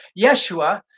Yeshua